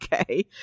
okay